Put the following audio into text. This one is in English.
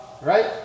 Right